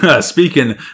speaking